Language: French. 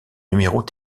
numéros